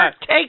Take